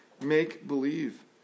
make-believe